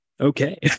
okay